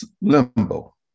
Limbo